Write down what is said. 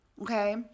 Okay